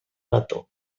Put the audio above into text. letó